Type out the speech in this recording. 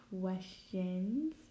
questions